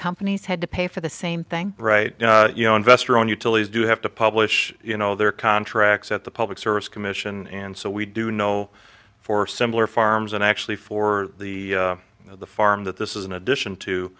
companies had to pay for the same thing right you know investor owned utilities do have to publish you know their contracts at the public service commission and so we do know for similar farms and actually for the the farm that this is an addition to